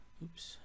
oops